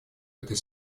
этой